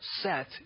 set